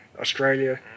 Australia